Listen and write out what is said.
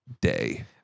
day